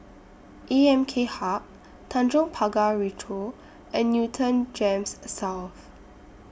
A M K Hub Tanjong Pagar Ricoh and Newton Gems South